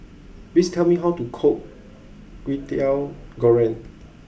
please tell me how to cook Kwetiau Goreng